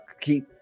keep